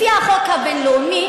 לפי החוק הבין-לאומי,